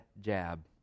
jab